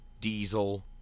Diesel